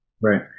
right